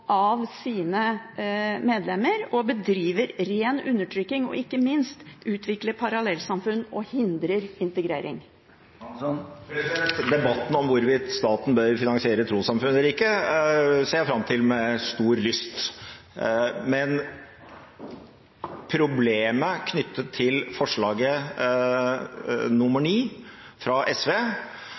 av sine medlemmer, bedriver ren undertrykking og ikke minst utvikler parallellsamfunn og hindrer integrering. Debatten om hvorvidt staten bør finansiere trossamfunn eller ikke, ser jeg fram til med stor lyst. Problemet knyttet til forslag til vedtak IX er signaleffekten av det. Vi kan selvfølgelig foreslå å utrede hva som helst fra